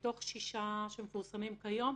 מתוך שישה שמפורסמים כיום,